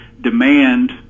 demand